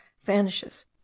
vanishes